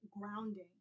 grounding